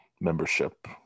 membership